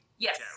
yes